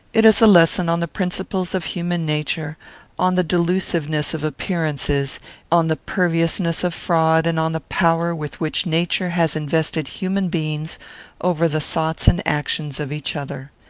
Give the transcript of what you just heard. it is a lesson on the principles of human nature on the delusiveness of appearances on the perviousness of fraud and on the power with which nature has invested human beings over the thoughts and actions of each other.